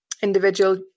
individual